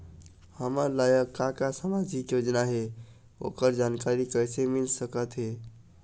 हमर लायक का का सामाजिक योजना हे, ओकर जानकारी कइसे मील सकत हे?